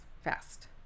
fast